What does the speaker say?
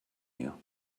you